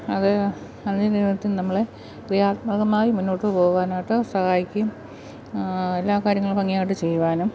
അത് നിവര്ത്തും നമ്മളെ ക്രിയാത്മകമായി മുന്നോട്ട് പോകുവാനായിട്ട് സഹായിക്കുകയും എല്ലാ കാര്യങ്ങളും ഭംഗിയായിട്ട് ചെയ്യുവാനും